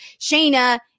Shayna